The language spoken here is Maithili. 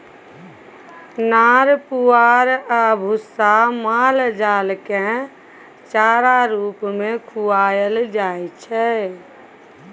नार पुआर आ भुस्सा माल जालकेँ चारा रुप मे खुआएल जाइ छै